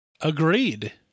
Agreed